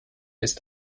ist